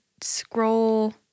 scroll